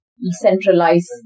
centralize